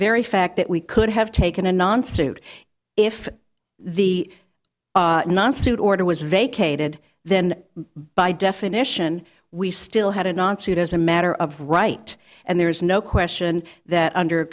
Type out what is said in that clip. very fact that we could have taken a non stude if the non student order was vacated then by definition we still had it on see it as a matter of right and there is no question that under